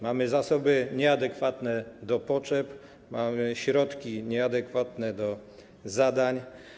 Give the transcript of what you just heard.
Mamy zasoby nieadekwatne do potrzeb, mamy środki nieadekwatne do zadań.